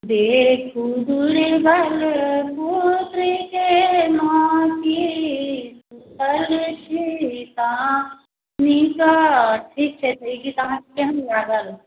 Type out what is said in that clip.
देखू दुर्बल पुत्रके माँ की सुतल छी तानिकऽ ठीक छै तऽ ई गीत अहाँके केहन लागल